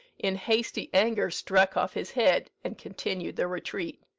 in hasty anger struck off his head, and continued the retreat.